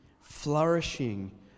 Flourishing